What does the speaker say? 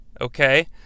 Okay